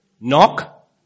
Knock